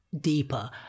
deeper